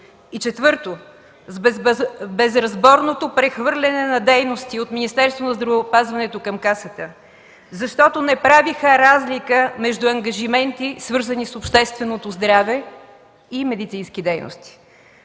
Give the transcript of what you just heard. съд. 4. С безразборното прехвърляне на дейности от Министерството на здравеопазването към Касата, защото не правиха разлика между ангажименти, свързани с общественото здраве и медицински дейности.